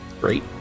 Great